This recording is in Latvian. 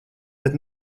bet